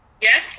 Yes